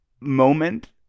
moment